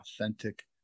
authentic